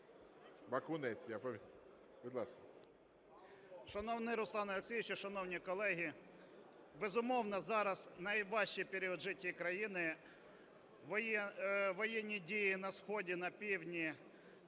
Шановний Руслан Олексійович! Шановні колеги! Безумовно, зараз найважчий період в житті країни, воєнні дії на сході, на півдні,